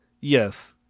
yes